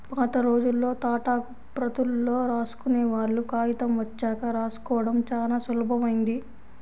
పాతరోజుల్లో తాటాకు ప్రతుల్లో రాసుకునేవాళ్ళు, కాగితం వచ్చాక రాసుకోడం చానా సులభమైంది